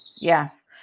Yes